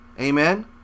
amen